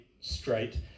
straight